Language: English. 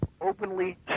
openly